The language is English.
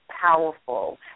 powerful